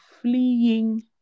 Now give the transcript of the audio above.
fleeing